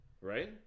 Right